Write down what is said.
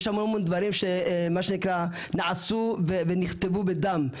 יש המון המון דברים, שמה שנקרא, נעשו ונכתבו בדם.